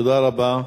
תודה רבה.